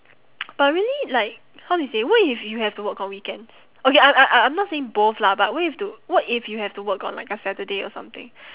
but really like how do you say what if you have to work on weekends okay I'm I'm I'm not saying both lah but what if to what if you have to work on like a saturday or something